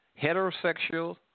heterosexual